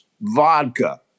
vodka